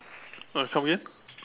uh come again